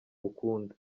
gukunda